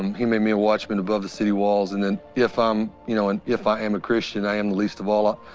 um he made me a watchman above the city walls, and then if um you know and if i am a christian, i am the least of all. ah